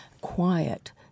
quiet